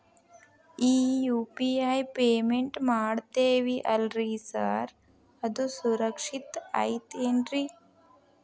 ಈ UPI payment ಮಾಡ್ತೇವಿ ಅಲ್ರಿ ಸಾರ್ ಅದು ಸುರಕ್ಷಿತ್ ಐತ್ ಏನ್ರಿ?